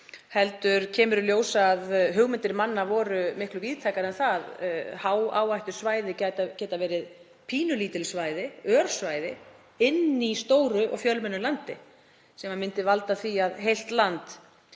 heldur kemur í ljós að hugmyndir manna voru miklu víðtækari en það. Hááhættusvæði geta verið pínulítil svæði, örsvæði, inni í stóru og fjölmennu landi. Það myndi valda því að heilt land